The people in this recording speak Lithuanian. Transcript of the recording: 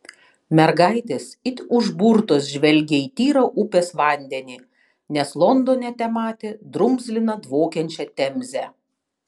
mergaitės it užburtos žvelgė į tyrą upės vandenį nes londone tematė drumzliną dvokiančią temzę